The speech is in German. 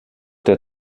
der